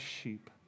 sheep